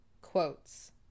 quotes